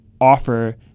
offer